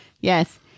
Yes